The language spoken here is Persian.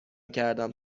کردم